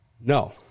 No